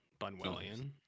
Bunwellian